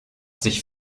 sich